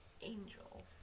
angel